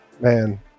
man